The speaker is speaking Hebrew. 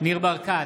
ניר ברקת,